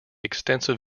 extensive